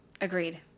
Agreed